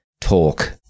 TALK